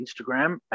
Instagram